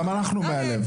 גם אנחנו מהלב.